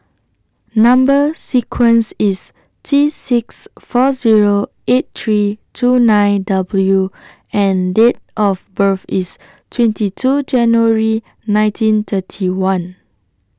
Number sequence IS T six four Zero eight three two nine W and Date of birth IS twenty two January nineteen thirty one